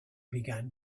began